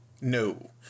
No